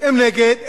הם נגד,